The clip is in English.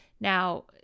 Now